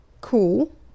Cool